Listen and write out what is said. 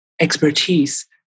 expertise